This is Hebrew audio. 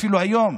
אפילו היום,